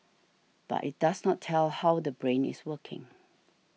but it does not tell how the brain is working